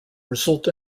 result